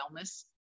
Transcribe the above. wellness